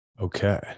Okay